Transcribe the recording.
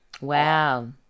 wow